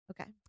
Okay